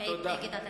מצביעים נגד התקציב.